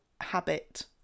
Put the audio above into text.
habit